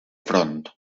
front